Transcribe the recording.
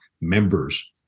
members